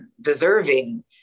deserving